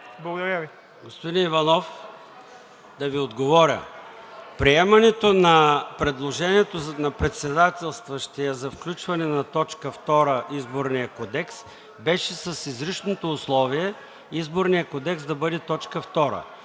ЙОРДАН ЦОНЕВ: Господин Иванов, да Ви отговоря. Приемането на предложението на председателстващия за включване на точка втора – Изборният кодекс, беше с изричното условие Изборният кодекс да бъде точка